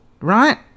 right